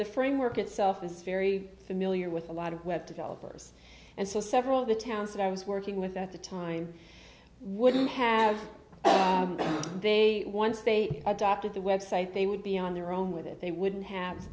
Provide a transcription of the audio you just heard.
the framework itself is very familiar with a lot of web developers and so several of the towns that i was working with at the time wouldn't have they once they adopted the website they would be on their own with it they wouldn't have